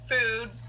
food